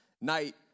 night